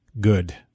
good